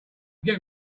get